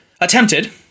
attempted